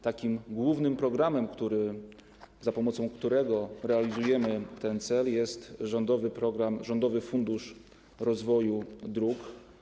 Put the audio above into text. Takim głównym programem, za pomocą którego realizujemy ten cel, jest rządowy program, Rządowy Fundusz Rozwoju Dróg.